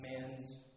man's